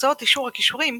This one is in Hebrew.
תוצאות "אישור הכישורים"